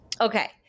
Okay